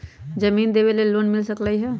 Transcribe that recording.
जमीन देवे से लोन मिल सकलइ ह?